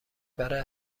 برای